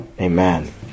Amen